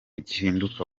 gihinduka